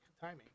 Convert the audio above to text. timing